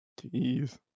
Jeez